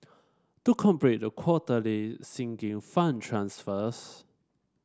to complete the quarterly Sinking Fund transfers